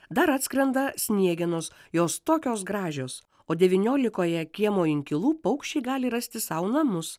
dar atskrenda sniegenos jos tokios gražios o devyniolikoje kiemo inkilų paukščiai gali rasti sau namus